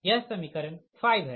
यह समीकरण 5 है